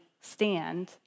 stand